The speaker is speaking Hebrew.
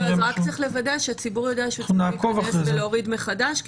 רק צריך לוודא שהציבור יודע שהוא צריך להיכנס ולהוריד מחדש,